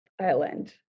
island